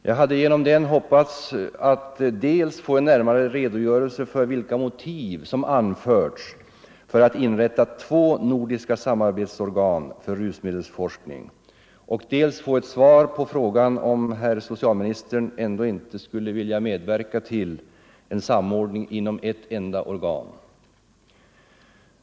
Jag hade genom interpellationen hoppats att dels få en närmare redogörelse för vilka motiv som anförts för att inrätta två samarbetsorgan för rusmedelsforskning, dels få ett svar på frågan om herr socialministern ändå inte skulle vilja medverka till en samordning inom ett enda organ.